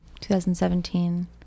2017